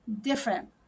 different